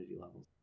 levels